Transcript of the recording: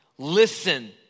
Listen